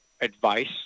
advice